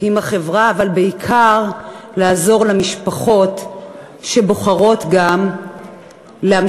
המטרה של החוק הזה היא לשקוד על קידומם